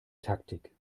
taktik